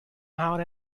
out